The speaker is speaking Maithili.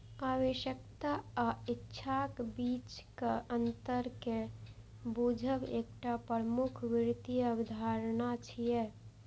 आवश्यकता आ इच्छाक बीचक अंतर कें बूझब एकटा प्रमुख वित्तीय अवधारणा छियै